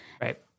right